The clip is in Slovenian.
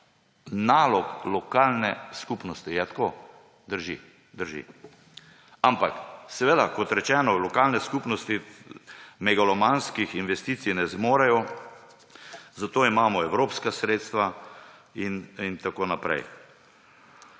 nalog lokalne skupnosti. Je tako? Drži, drži. Ampak kot rečeno, lokalne skupnosti megalomanskih investicij ne zmorejo. Zato imamo evropska sredstva in tako naprej.